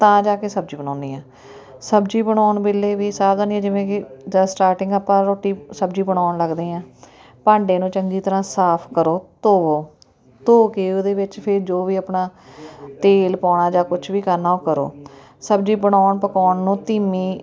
ਤਾਂ ਜਾ ਕੇ ਸਬਜ਼ੀ ਬਣਾਉਂਦੀ ਹਾਂ ਸਬਜ਼ੀ ਬਣਾਉਣ ਵੇਲੇ ਵੀ ਸਾਵਧਾਨੀਆਂ ਜਿਵੇਂ ਕਿ ਜਦ ਸਟਾਰਟਿੰਗ ਆਪਾਂ ਰੋਟੀ ਸਬਜ਼ੀ ਬਣਾਉਣ ਲੱਗਦੇ ਹਾਂ ਭਾਂਡੇ ਨੂੰ ਚੰਗੀ ਤਰ੍ਹਾਂ ਸਾਫ ਕਰੋ ਧੋਵੋ ਧੋ ਕੇ ਉਹਦੇ ਵਿੱਚ ਫਿਰ ਜੋ ਵੀ ਆਪਣਾ ਤੇਲ ਪਾਉਣਾ ਜਾਂ ਕੁਛ ਵੀ ਕਰਨਾ ਉਹ ਕਰੋ ਸਬਜ਼ੀ ਬਣਾਉਣ ਪਕਾਉਣ ਨੂੰ ਧੀਮੀ